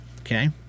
Okay